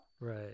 Right